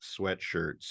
sweatshirts